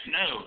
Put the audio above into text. no